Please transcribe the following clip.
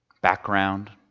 Background